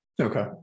okay